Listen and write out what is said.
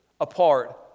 apart